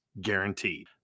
guaranteed